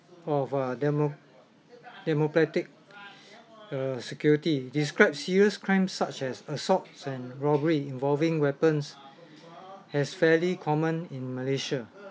of a demo~ democratic err security described serious crimes such as assaults and robbery involving weapons as fairly common in malaysia